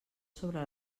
sobre